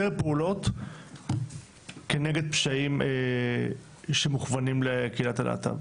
פעולות כנגד פשעים שמוכוונים לקהילת הלהט"ב.